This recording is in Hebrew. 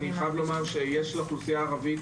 אני חייב לומר שיש לאוכלוסייה הערבית